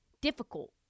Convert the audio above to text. difficult